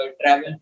travel